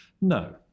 No